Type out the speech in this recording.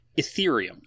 Ethereum